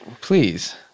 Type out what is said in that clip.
Please